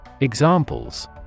Examples